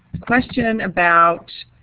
question about,